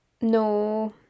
no